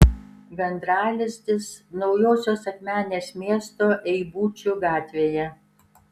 gandralizdis naujosios akmenės miesto eibučių gatvėje